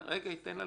יש לנו